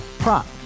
Prop